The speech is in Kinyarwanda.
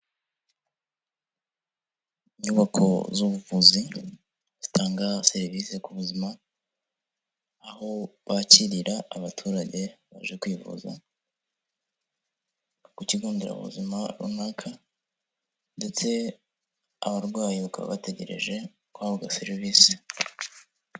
Inyubako z'ubuvuzi zitanga serivisi ku buzima, aho bakirira abaturage baje kwivuza ku kigo nderabuzima runaka ndetse abarwayi baka bategereje guhabwa serivisi.